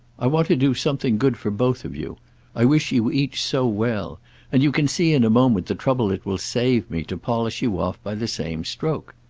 i want to do something good for both of you i wish you each so well and you can see in a moment the trouble it will save me to polish you off by the same stroke.